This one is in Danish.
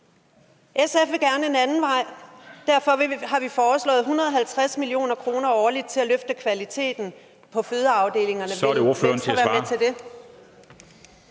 SF vil gerne en anden vej, og derfor har vi foreslået 150 mio. kr. årligt til at løfte kvaliteten på fødeafdelingerne. Vil Venstre være med til det? Kl.